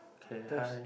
okay hi